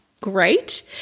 Great